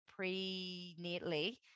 prenatally